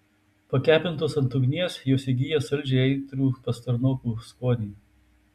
pakepintos ant ugnies jos įgyja saldžiai aitrų pastarnokų skonį